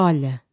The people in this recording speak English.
Olha